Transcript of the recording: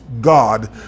God